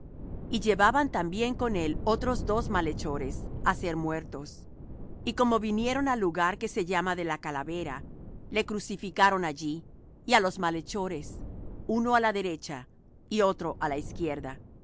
y llevaban también con él otros dos malhechores á ser muertos y como vinieron al lugar que se llama de la calavera le crucificaron allí y á los malhechores uno á la derecha y otro á la izquierda